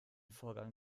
vorgang